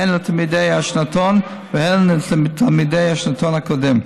הן לתלמידי השנתון והן לתלמידי השנתון הקודם.